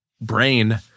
brain